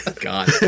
God